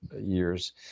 years